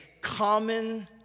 common